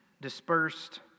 dispersed